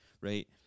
right